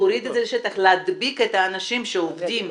להדביק את האנשים שעובדים,